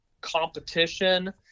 competition